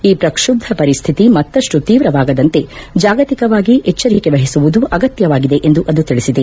ಈ ಪ್ರಕ್ಷುಬ್ದ ಪರಿಸ್ಹಿತಿ ಮತ್ತಷ್ಟು ತೀವ್ರವಾಗದಂತೆ ಜಾಗತಿಕವಾಗಿ ಎಚ್ಚರಿಕೆ ವಹಿಸುವುದು ಅಗತ್ಯವಾಗಿದೆ ಎಂದು ತಿಳಿಸಿದೆ